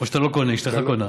או שאתה לא קונה, אשתך קונה.